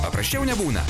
paprasčiau nebūna